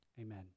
Amen